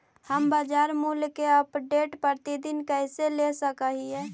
हम बाजार मूल्य के अपडेट, प्रतिदिन कैसे ले सक हिय?